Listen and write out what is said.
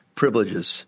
privileges